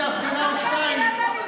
ביחד עם יאיר לפיד.